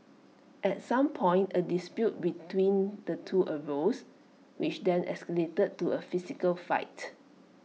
at some point A dispute between the two arose which then escalated to A physical fight